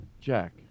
Jack